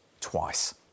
twice